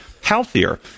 healthier